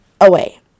away